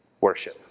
Worship